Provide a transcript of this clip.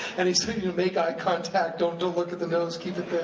and he said, make eye contact, don't don't look at the nose, keep it there.